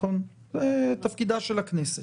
זה תפקידה של הכנסת.